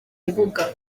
imbuga